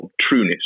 trueness